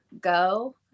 go